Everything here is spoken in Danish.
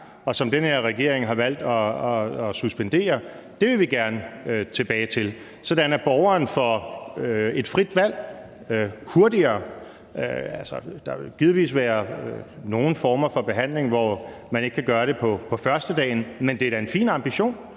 og som denne her regering har valgt at suspendere, vil vi gerne tilbage til, sådan at borgeren får et frit valg hurtigere. Der vil givetvis være nogle former for behandling, hvor man ikke kan gøre det på førstedagen, men det er da en fin ambition,